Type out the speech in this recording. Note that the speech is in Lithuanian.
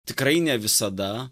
tikrai ne visada